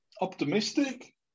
optimistic